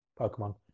Pokemon